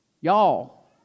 y'all